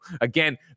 again